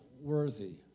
worthy